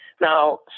Now